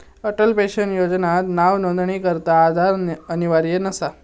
Atal pension योजनात नावनोंदणीकरता आधार अनिवार्य नसा